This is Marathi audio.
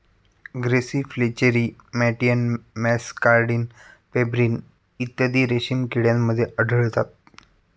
ग्रेसी फ्लेचेरी मॅटियन मॅसकार्डिन पेब्रिन इत्यादी रेशीम किड्यांमध्ये आढळतात